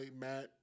Matt